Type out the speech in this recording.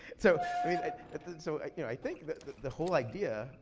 so i mean so you know i think the whole idea,